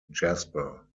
jasper